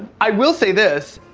i will say this.